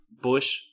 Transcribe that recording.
Bush